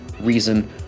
reason